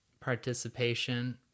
participation